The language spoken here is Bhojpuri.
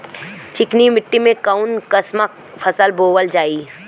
चिकनी मिट्टी में कऊन कसमक फसल बोवल जाई?